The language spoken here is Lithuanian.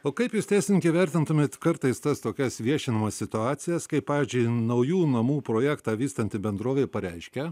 o kaip jūs teisininkė vertintumėt kartais tas tokias viešinamas situacijas kai pavyzdžiui naujų namų projektą vystanti bendrovė pareiškia